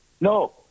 No